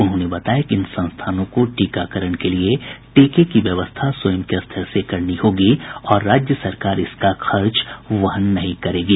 उन्होंने बताया कि इन संस्थानों को टीकाकरण के लिए टीके की व्यवस्था स्वयं के स्तर से करनी होगी और राज्य सरकार इसका खर्च वहन नहीं करेगी